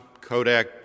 Kodak